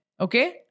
okay